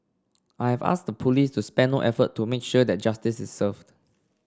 I have asked the police to spare no effort to make sure that justice is served